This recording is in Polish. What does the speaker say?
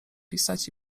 pisać